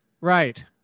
right